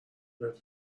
بهت